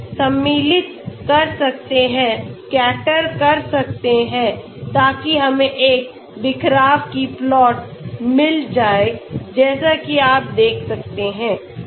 हम सम्मिलित कर सकते हैं scatter कर सकते हैं ताकि हमें एक बिखराव की प्लॉट मिल जाए जैसा कि आप देख सकते हैं